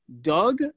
Doug